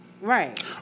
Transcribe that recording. Right